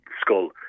Skull